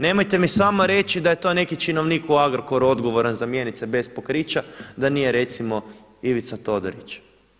Nemojte mi samo reći da je to neki činovnik u Agrokoru odgovoran za mjenice bez pokrića da nije recimo Ivica Todorić.